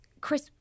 Chris